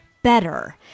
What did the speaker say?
Better